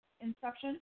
Inception